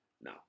No